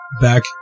back